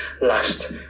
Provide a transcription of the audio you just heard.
last